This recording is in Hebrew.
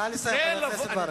נא לסיים, חבר הכנסת ברכה.